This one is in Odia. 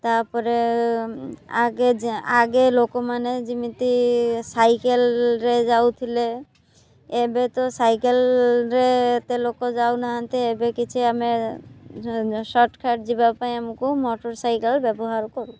ତା'ପରେ ଆଗେ ଲୋକମାନେ ଯେମିତି ସାଇକେଲ୍ରେ ଯାଉ ଥିଲେ ଏବେ ତ ସାଇକେଲ୍ରେ ଏତେ ଲୋକ ଯାଉନାହାନ୍ତି ଏବେ କିଛି ଆମେ ସର୍ଟକଟ୍ ଯିବା ପାଇଁ ଆମକୁ ମୋଟରସାଇକେଲ୍ ବ୍ୟବହାର କରୁ